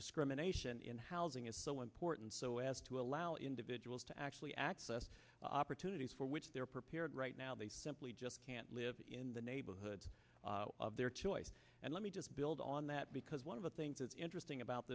discrimination in housing is so important so as to allow individuals to actually access opportunities for which they're prepared right now they simply just can't live in the neighborhood of their choice and let me just build on that because one of the things that's interesting about